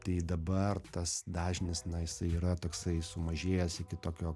tai dabar tas dažnis na jisai yra toksai sumažėjęs iki tokio